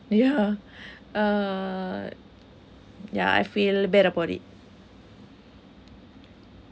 yeah uh yeah I feel bad about it